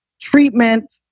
treatment